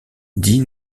dix